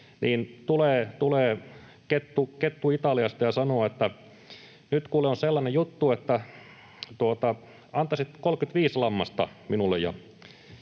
Tulee kettu Italiasta ja sanoo, että nyt kuule on sellainen juttu, että antaisit 35 lammasta minulle,